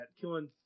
killing